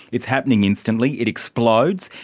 it's happening instantly, it explodes.